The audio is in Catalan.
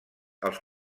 els